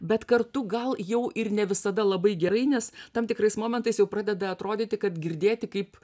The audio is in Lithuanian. bet kartu gal jau ir ne visada labai gerai nes tam tikrais momentais jau pradeda atrodyti kad girdėti kaip